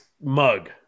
mug